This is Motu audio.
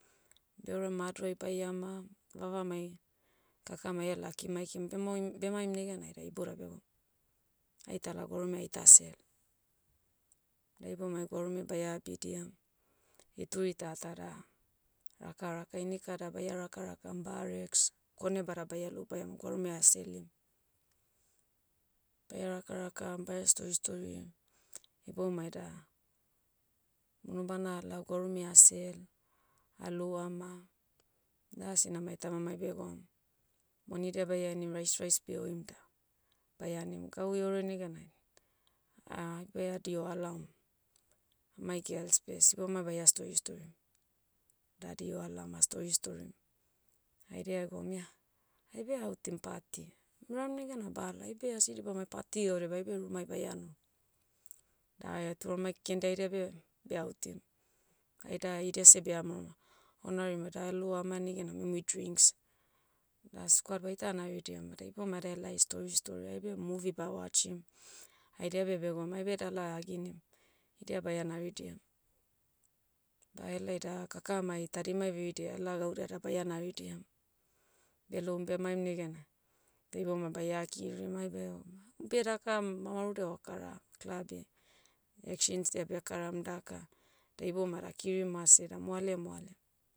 Beorem ma adrai baia ma, vavamai, kakamai ela kimai kim- bemoim- bemaim negenai da ibodai begoum, aitala gwarume aita sell. Da iboumai gwarume baia abidiam, ituri tata da, raka rak inaka da baia raka rakam barracks, kone bada baia lou baia ma gwarume aselim. Baia raka rakam baia story story, iboumai da, unubana alau gwarume ah sell, alou ama, da sinamai tamamai begoum, monidia baia henim rais rais behoim da, baia animu. Gau eore neganai, baia diho alaom, amai gels beh sibomai baia story story. Da adiho alaom ah stori storim. Haidia egoum ia, aibe autim pati. Muiram negena bala aibe asi dibamai pati gaudia beh aibe rumai baia no. Da eturamai kendia haidia beh, beh autim. Aida idia se bea maoromo, onarim beda alou ama negena muimui drinks. Da squad baita naridiam vada iboumai ada healai stori stori aibe movie bawatchim. Haidia beh begoum aibe dala aginim. Idia baia naridiam. Bahelai da kakam hai tadimai veridia ela gaudia da baia naridiam. Beloum bemaim negena, dei bama baia kirim aibe oma. Umbeh daka, mavarudia okara, club iai. Actions'dia bekaram daka, da iboumai ada kiri mase da moale moale.